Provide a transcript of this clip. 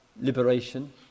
liberation